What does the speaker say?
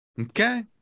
Okay